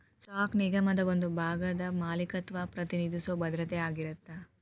stock ನಿಗಮದ ಒಂದ ಭಾಗದ ಮಾಲೇಕತ್ವನ ಪ್ರತಿನಿಧಿಸೊ ಭದ್ರತೆ ಆಗಿರತ್ತ